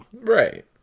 Right